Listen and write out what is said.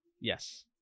Yes